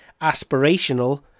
aspirational